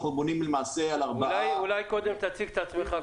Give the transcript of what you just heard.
אנחנו בונים למעשה על ארבעה --- אולי קודם תציג את עצמך,